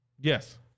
Yes